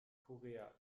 korea